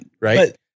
right